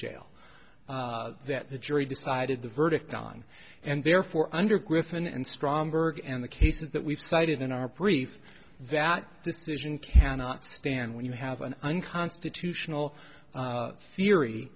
jail that the jury decided the verdict on and therefore under griffin and stromberg and the cases that we've cited in our brief that decision cannot stand when you have an unconstitutional theory